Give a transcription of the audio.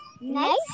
nice